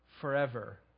forever